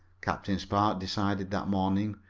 captain spark decided that morning.